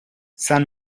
san